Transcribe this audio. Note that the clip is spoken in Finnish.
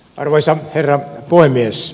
arvoisa herra puhemies